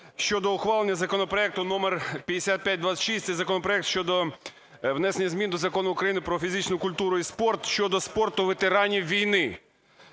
щодо ухвалення законопроекту № 5526, це законопроект щодо внесення змін до Закону України "Про фізичну культуру і спорт" щодо спорту ветеранів України.